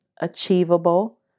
achievable